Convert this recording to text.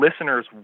listener's